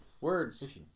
Words